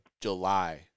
July